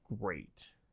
great